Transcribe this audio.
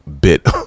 bit